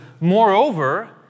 moreover